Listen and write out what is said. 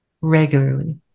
regularly